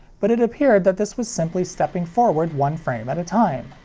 but it appeared that this was simply stepping forward one frame at a time.